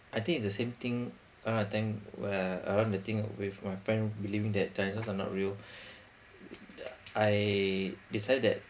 I think it's the same thing around a time where around the thing with my friend believing that the answers are not real I decided